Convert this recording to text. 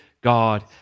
God